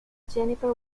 jennifer